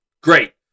great